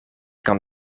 kan